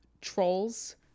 *Trolls